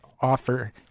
offer